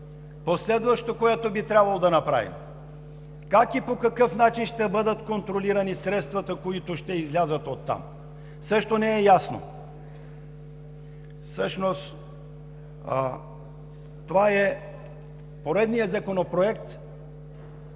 Последващото, което би трябвало да направим – как и по какъв начин ще бъдат контролирани средствата, които ще излязат оттам, също не е ясно. Всъщност това е поредният законопроект,